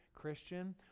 Christian